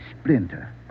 splinter